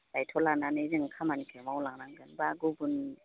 दायथ' लानानै जों खामानिखौ मावलांनांगोन बा गुबुन